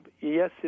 yes